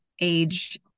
age